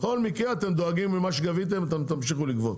בכל מקרה אתם דואגים שמה שגביתם אתם תמשיכו לגבות.